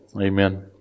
amen